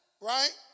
right